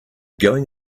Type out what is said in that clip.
going